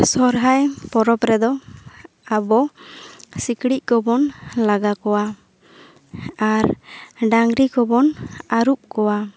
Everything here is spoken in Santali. ᱥᱚᱨᱦᱟᱭ ᱯᱚᱨᱚᱵᱽ ᱨᱮ ᱫᱚ ᱟᱵᱚ ᱥᱤᱠᱲᱤᱡ ᱠᱚ ᱵᱚᱱ ᱞᱟᱜᱟ ᱠᱚᱣᱟ ᱟᱨ ᱰᱟᱝᱨᱤ ᱠᱚᱵᱚᱱ ᱟᱹᱨᱩᱵ ᱠᱚᱣᱟ